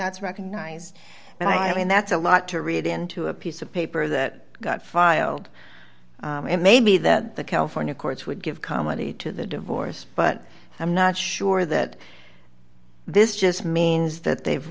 that's recognized and i mean that's a lot to read into a piece of paper that got filed it may be that the california courts would give comedy to the divorce but i'm not sure that this just means that they've